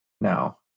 now